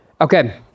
okay